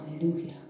Hallelujah